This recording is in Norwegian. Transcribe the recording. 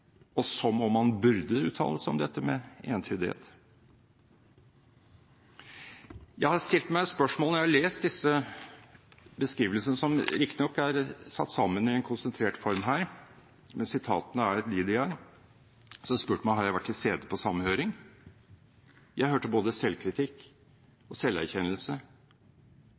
og som om man burde uttale seg entydig om det. Jeg har stilt meg spørsmålet når jeg har lest disse beskrivelsene – som riktignok er satt sammen i en konsentrert form her, men sitatene er de de er: Har jeg vært til stede på samme høring? Jeg hørte både selvkritikk og selverkjennelse.